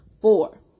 Four